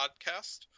podcast